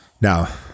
Now